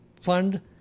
fund